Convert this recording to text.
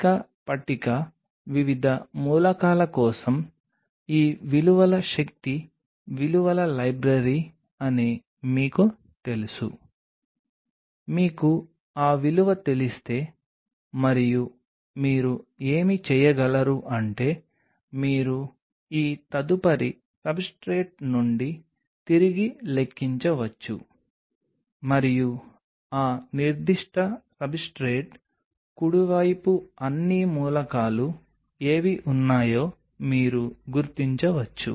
కాబట్టి ఇది poly D lysine హైడ్రోబ్రోమైడ్గా వస్తుంది ఇది HBRని ఇష్టపడుతుందని స్థిరీకరించబడుతుంది అయితే ఆ విషయం మీకు తెలిసిన సంస్కృతిలో ఉండదని చింతించకండి కానీ ఇది తప్పనిసరిగా అసలు అణువు మరియు మీరు దానిని ఉంచినప్పుడు ఉపరితలంపై అణువు ఈ విధంగా మారుతుంది చాలా అసమాన ఉపరితలాన్ని ఏర్పరుస్తుంది ఎందుకంటే మీరు AFM చిత్రాన్ని తీసుకుంటే నేను దీని యొక్క AFM చిత్రాన్ని అదనపు సమాచారంగా పంచుకుంటాను